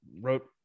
wrote